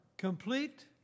complete